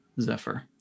Zephyr